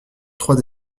trois